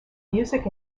music